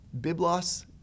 Biblos